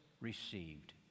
received